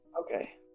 Okay